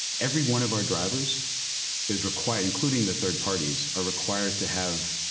every one of our drivers is required, including the third parties, are required to have